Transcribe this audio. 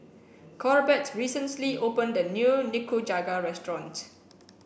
Corbett recently opened a new Nikujaga restaurant